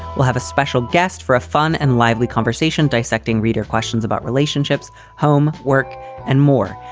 we'll have a special guest for a fun and lively conversation dissecting reader questions about relationships, home work and more.